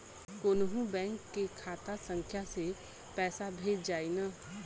कौन्हू बैंक के खाता संख्या से पैसा भेजा जाई न?